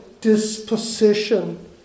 disposition